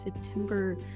September